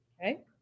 Okay